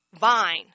vine